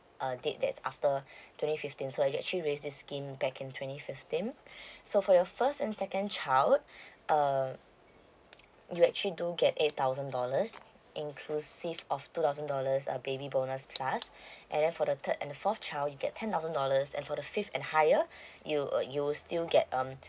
date that's after twenty fifteen so we actually raise this scheme back in twenty fifteen so for the first and second child um you actually do get eight thousand dollars inclusive of two thousand dollar baby bonus plus and then for the third and fourth child you get ten thousand dollars and for the fifth and higher you uh you still get um